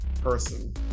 person